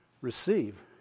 Receive